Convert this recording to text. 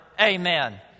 Amen